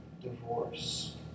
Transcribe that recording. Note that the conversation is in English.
divorce